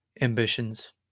ambitions